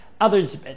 Others